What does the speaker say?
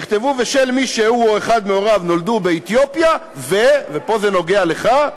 יכתבו "ושל מי שהוא או אחד מהוריו נולדו באתיופיה" ופה זה נוגע לך,